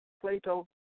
Plato